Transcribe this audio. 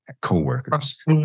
co-workers